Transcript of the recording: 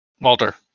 Walter